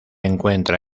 encuentra